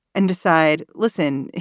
and decide, listen,